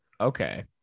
Okay